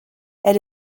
elle